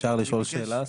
אפשר לשאול שאלה?